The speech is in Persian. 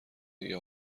دیگه